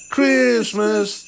Christmas